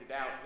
out